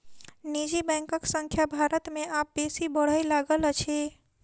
निजी बैंकक संख्या भारत मे आब बेसी बढ़य लागल अछि